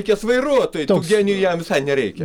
reikės vairuotojų genijų jam visai nereikia